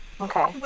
Okay